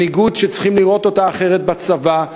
מנהיגות שצריכים לראות אותה אחרת בצבא,